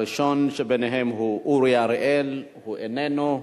הראשון שבהם הוא אורי אריאל, הוא איננו.